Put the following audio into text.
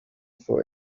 for